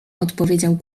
odpowiedział